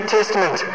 Testament